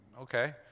okay